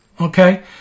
okay